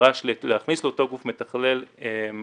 ונדרש להכניס לאותו גוף מתכלל מערך